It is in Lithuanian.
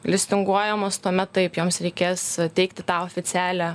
listinguojamos tuomet taip joms reikės teikti tą oficialią